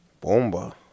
Bomba